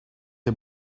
est